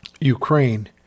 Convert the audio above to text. Ukraine